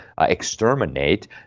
exterminate